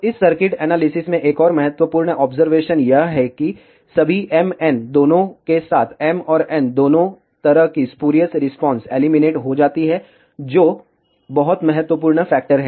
तो इस circuit analysis में एक और महत्वपूर्ण ऑब्जरवेशन यह है कि सभी m n दोनों के साथ m और n दोनों तरह की स्पूरियस रिस्पांस एलिमिनेट हो जाती हैं जो बहुत महत्वपूर्ण फैक्टर है